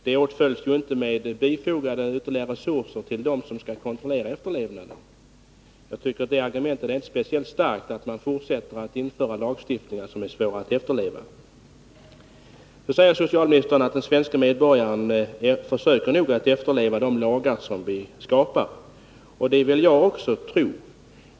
De åtföljs ju inte av ytterligare resurser för dem som skall kontrollera efterlevnaden! Det argumentet för att fortsätta att införa lagstiftningar som det är svårt att kontrollera efterlevnaden av är inte speciellt starkt. Socialministern säger att den svenske medborgaren försöker att efterleva de lagar vi skapar. Det vill jag också tro.